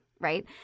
Right